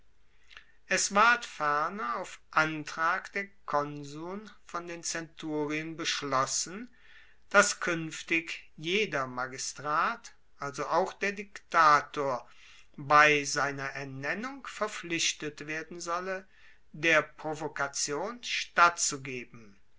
es ward ferner auf antrag der konsuln von den zenturien beschlossen dass kuenftig jeder magistrat also auch der diktator bei seiner ernennung verpflichtet werden solle der provokation stattzugeben